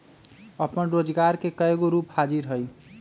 अप्पन रोजगार के कयगो रूप हाजिर हइ